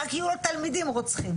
רק יהיו לו תלמידים רוצחים,